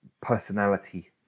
personality